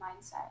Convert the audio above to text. mindset